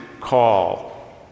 call